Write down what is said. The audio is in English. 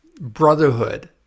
brotherhood